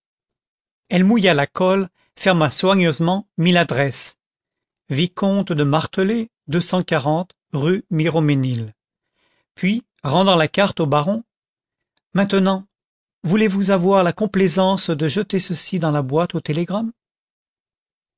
elle mouilla la colle ferma soigneusement mit l'adresse vicomte de martelet rue miromesnil puis rendant la carte au baron maintenant voulez-vous avoir la complaisance de jeter ceci dans la boîte aux télégrammes